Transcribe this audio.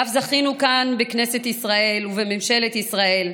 ואף זכינו כאן, בכנסת ישראל וממשלת ישראל,